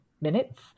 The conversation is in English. minutes